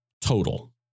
total